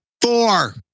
Four